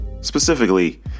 specifically